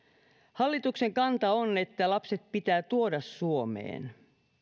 hallituksen kanta on että lapset pitää tuoda suomeen